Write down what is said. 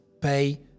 pay